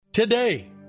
Today